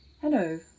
Hello